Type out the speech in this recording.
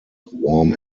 warm